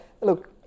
look